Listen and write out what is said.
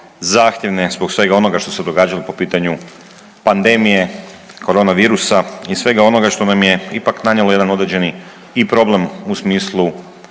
zahtjevne, zbog svega onoga što se događalo po pitanju pandemija koronavirusa i svega onoga što nam je ipak nanijelo jedan određeni i problem u smislu